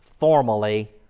formally